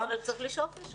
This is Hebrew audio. בסדר, אבל צריך לשאוף לשם.